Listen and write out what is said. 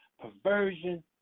perversion